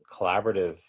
collaborative